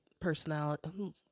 personality